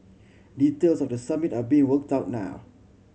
details of the Summit are being worked out now